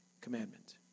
commandment